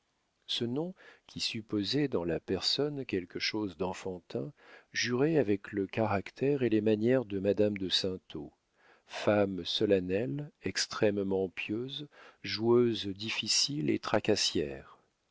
ce nom qui supposait dans la personne quelque chose d'enfantin jurait avec le caractère et les manières de madame de saintot femme solennelle extrêmement pieuse joueuse difficile et tracassière